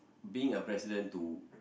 being a president to